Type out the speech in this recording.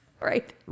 right